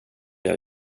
jag